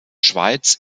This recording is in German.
schweiz